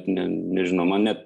ne nežinau man net